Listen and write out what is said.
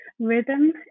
rhythm